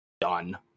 done